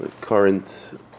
current